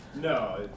no